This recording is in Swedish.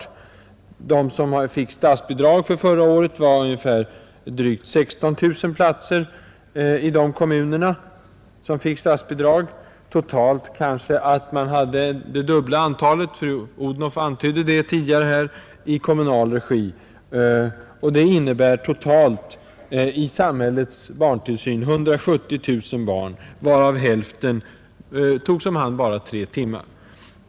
I de kommuner som fick statsbidrag förra året fanns då drygt 16 000 platser. Totalt hade man kanske det dubbla antalet — fru Odhnoff antydde det — i kommunal regi. Det innebär totalt 170 000 barn i samhällets tillsyn, varav hälften togs om hand bara tre timmar per dag.